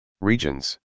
regions